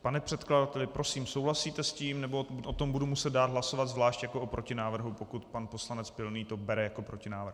Pane předkladateli, prosím, souhlasíte s tím, nebo o tom budu muset dát hlasovat zvlášť jako o protinávrhu, pokud pan poslanec Pilný to bere jako protinávrh?